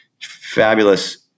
fabulous